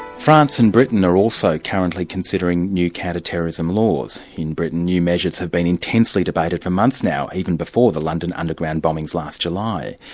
france and britain are also currently considering new counter-terrorism laws. in britain, new measures have been intensely debated for months now, even before the london underground bombings last july.